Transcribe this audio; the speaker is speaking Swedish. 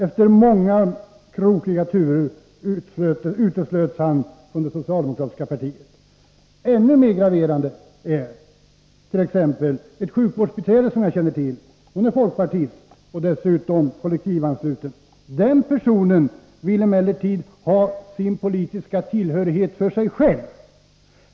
Efter många krokiga turer uteslöts han från det socialdemokratiska partiet. Ännu mer graverande är dock t.ex. fallet med ett sjukvårdsbiträde som jag känner till. Hon är folkpartist och dessutom kollektivansluten. Den personen vill emellertid ha sin politiska tillhörighet för sig själv.